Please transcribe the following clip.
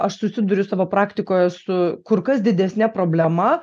aš susiduriu savo praktikoje su kur kas didesne problema